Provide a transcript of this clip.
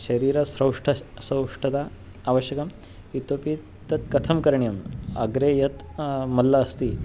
शरीरसौष्ठवं सौष्ठता आवश्यकी इतोऽपि तत् कथं करणीयम् अग्रे यत् मल्लः अस्ति